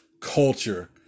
culture